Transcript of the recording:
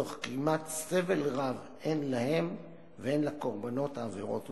תוך גרימת סבל רב הן להם והן לקורבנות העבירות ומשפחותיהם"